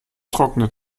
trockene